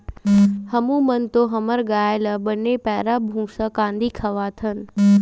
हमू मन तो हमर गाय ल बने पैरा, भूसा, कांदी खवाथन